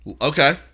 Okay